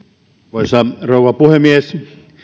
arvoisa rouva puhemies